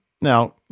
Now